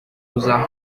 usar